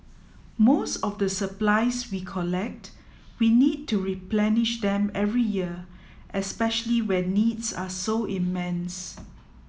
most of the supplies we collect we need to replenish them every year especially when needs are so immense